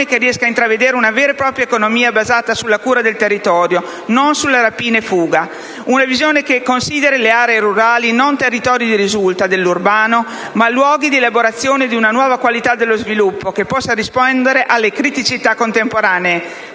che riesca a intravedere una vera e propria economia basata sulla cura del territorio e non sulla «rapina e fuga»; una visione che consideri le aree rurali non territori di risulta dell'urbano, ma luoghi di elaborazione di una nuova qualità dello sviluppo che possa rispondere alle criticità contemporanee,